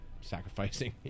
sacrificing